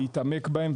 להתעמק בהם,